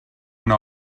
una